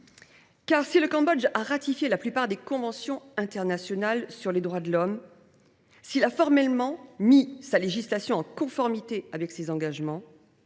Si le Cambodge a ratifié la plupart des conventions internationales sur les droits de l’homme, s’il a formellement mis sa législation en conformité avec ses engagements